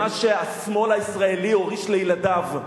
את מה שהשמאל הישראלי הוריש לילדיו.